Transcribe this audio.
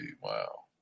Wow